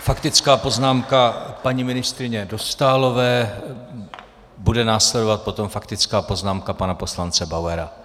Faktická poznámka paní ministryně Dostálové, bude následovat potom faktická poznámka pana poslance Bauera.